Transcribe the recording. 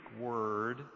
word